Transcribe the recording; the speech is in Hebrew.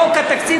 חוק התקציב